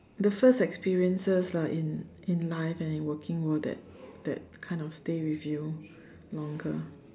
the first experiences lah in in life and in working world that that kind of stay with you longer